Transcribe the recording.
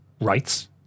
rights